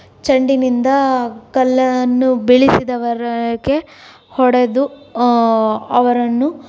ಆ ಚೆಂಡಿನಿಂದ ಕಲ್ಲನ್ನು ಬೀಳಿಸಿದವರಗೆ ಹೊಡೆದು ಅವರನ್ನು